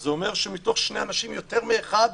זה אומר שמתוך שני אנשים, יותר מאחד